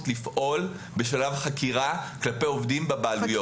לפעול בשלב חקירה כלפי עובדים בבעלויות.